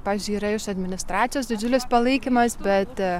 pavyzdžiui yra iš administracijos didžiulis palaikymas bet